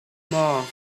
maw